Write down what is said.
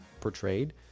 portrayed